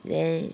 then